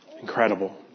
incredible